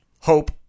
Hope